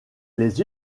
les